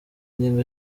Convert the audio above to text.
ngingo